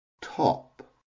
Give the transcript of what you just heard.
top